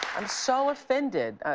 and so offended,